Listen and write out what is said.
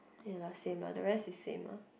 ya lah same lah the rest is same ah